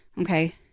Okay